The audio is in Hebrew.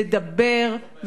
לדבר,